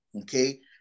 Okay